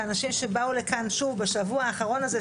ואנשים שבאו לכאן שוב בשבוע האחרון הזה,